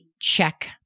check